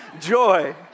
joy